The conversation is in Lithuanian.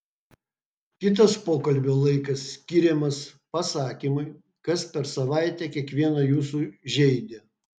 kitas pokalbio laikas skiriamas pasakymui kas per savaitę kiekvieną jūsų žeidė